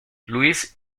luis